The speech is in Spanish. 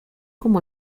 como